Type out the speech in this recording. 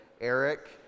Eric